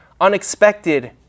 unexpected